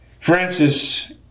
Francis